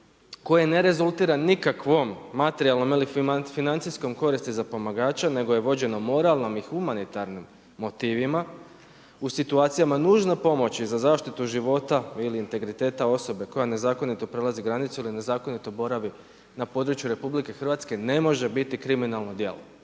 koje ne rezultira nikakvom materijalnom ili financijskom koristi za pomagača nego je vođeno moralnim ili humanitarnim motivima, u situacijama nužnoj pomoći za zaštitu života ili integriteta osobe koja nezakonito prelazi granicu ili nezakonito boravi na području RH, ne može biti kriminalno djelo.